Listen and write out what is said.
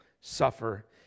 suffer